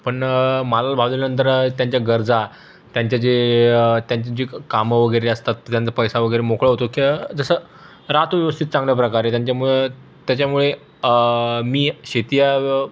पण मालाला भाव दिल्यानंतर त्यांच्या गरजा त्यांच्या जे त्यांची जी कामं वगैरे असतात त्यातनं पैसा वगैरे मोकळा होतो ते जसं राहतो व्यवस्थित चांगल्याप्रकारे त्यांच्यामुळे त्याच्यामुळे मी शेती हा